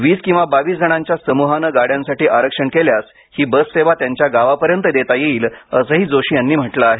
वीस किंवा बावीस जणांच्या समुहाने गाड्यांसाठी आरक्षण केल्यास हि बस सेवा त्यांच्या गावापर्यंत देता येईल असंही जोशी यांनी म्हटलं आहे